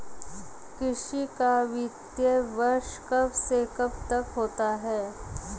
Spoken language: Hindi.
कृषि का वित्तीय वर्ष कब से कब तक होता है?